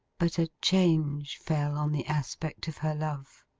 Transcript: but a change fell on the aspect of her love.